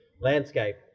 landscape